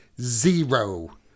zero